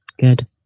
good